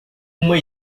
uma